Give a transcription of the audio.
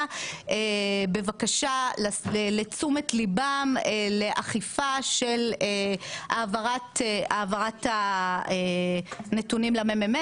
בבקשה לתשומת ליבם לאכיפה של העברת הנתונים למ.מ.מ.